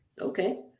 Okay